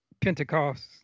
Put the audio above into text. Pentecost